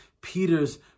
Peter's